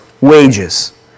wages